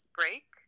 break